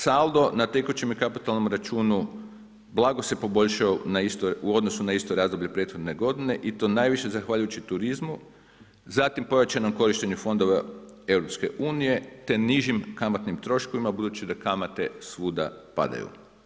Saldo na tekućem i kapitalnom računu blago se poboljšao u odnosu na isto razdoblje prethodne godine i to najviše zahvaljujući turizmu, zatim pojačanom korištenju fondova EU, te nižim kamatnim troškovima budući da kamate svuda padaju.